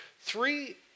Three